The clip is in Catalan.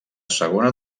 segona